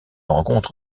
rencontre